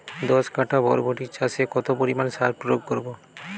দশ কাঠা বরবটি চাষে কত পরিমাণ সার প্রয়োগ করব?